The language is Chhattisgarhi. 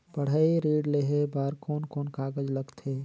पढ़ाई ऋण लेहे बार कोन कोन कागज लगथे?